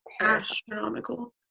astronomical